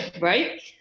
Right